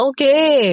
Okay